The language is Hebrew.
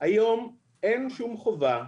היום אין שום חובה,